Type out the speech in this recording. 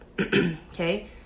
okay